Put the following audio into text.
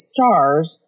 Stars